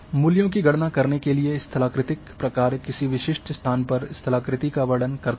मूल्यों की गणना करने के लिए स्थलाकृतिक प्रकार्य किसी विशिष्ट स्थान पर स्थलाकृति का वर्णन करता है